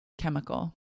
chemical